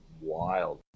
wild